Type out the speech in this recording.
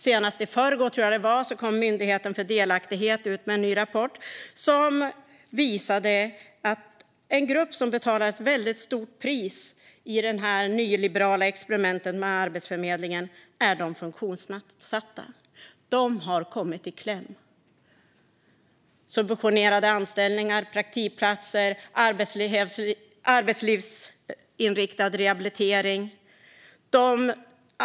Senast i förrgår, tror jag att det var, kom Myndigheten för delaktighet ut med en ny rapport som visade att en grupp som betalar ett väldigt högt pris i de nyliberala experimenten med Arbetsförmedlingen är de funktionsnedsatta. De har kommit i kläm med subventionerade anställningar, praktikplatser och arbetslivsinriktad rehabilitering.